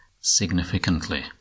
significantly